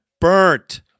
burnt